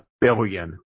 billion